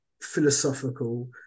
philosophical